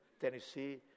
Tennessee